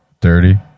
dirty